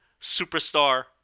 superstar